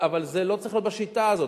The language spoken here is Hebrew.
אבל זה לא צריך להיות בשיטה הזאת.